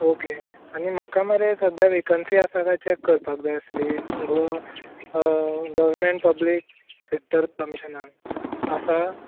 okay आनी म्हाका मरे सध्या वॅकंसी आसा जाल्यार चॅक करपाक जाय आसली गोवा गवरमँट पब्लीक सॅक्टर कमिशनान आसा